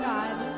God